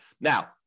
Now